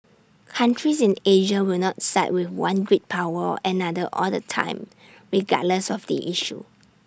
countries in Asia will not side with one great power or another all the time regardless of the issue